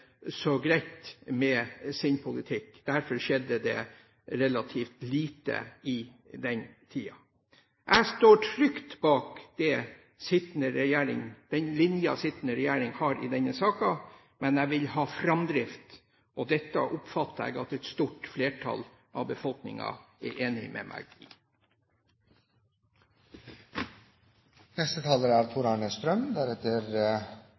så greit med sin politikk. Derfor skjedde det relativt lite i den tiden. Jeg står trygt bak den linjen den sittende regjering har i denne saken, men jeg vil ha framdrift, og dette oppfatter jeg at et stort flertall av befolkningen er enig med meg